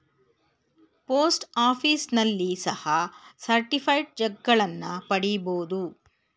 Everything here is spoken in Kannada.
ಪೋಸ್ಟ್ ಆಫೀಸ್ನಲ್ಲಿ ಸಹ ಸರ್ಟಿಫೈಡ್ ಚಕ್ಗಳನ್ನ ಪಡಿಬೋದು